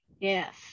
Yes